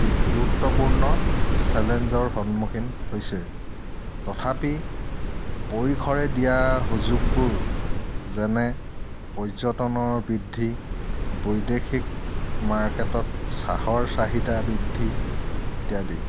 গুৰুত্বপূৰ্ণ চেলেঞ্জৰ সন্মুখীন হৈছে তথাপি পৰিসৰে দিয়া সুযোগবোৰ যেনে পৰ্যটনৰ বৃদ্ধি বৈদেশিক মাৰ্কেটত চাহৰ চাহিদা বৃদ্ধি ইত্যাদি